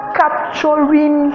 capturing